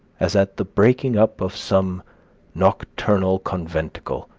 as at the breaking up of some nocturnal conventicle.